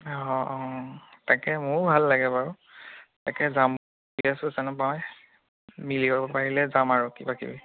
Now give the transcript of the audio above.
অঁ অঁ তাকে মইও ভাল লাগে বাৰু তাকে যাম বুলি ভাবি আছোঁ মই মিলিব পাৰিলে যাম আৰু কিবা কে